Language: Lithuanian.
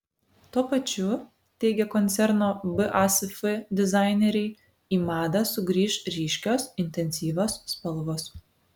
tuo pačiu teigia koncerno basf dizaineriai į madą sugrįš ryškios intensyvios spalvos